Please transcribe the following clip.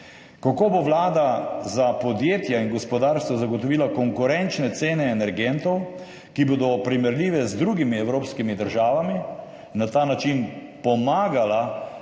Kako bo Vlada za podjetja in gospodarstvo zagotovila konkurenčne cene energentov, ki bodo primerljive z drugimi evropskimi državami in na ta način pomagala